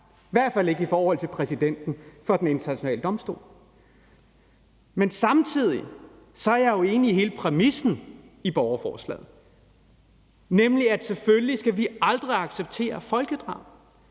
i hvert fald ikke i forhold til præsidenten for Den Internationale Domstol. Men samtidig er jeg jo enig i hele præmissen i borgerforslaget, nemlig at vi selvfølgelig aldrig skal acceptere folkedrab,